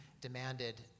demanded